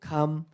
Come